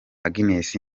agnes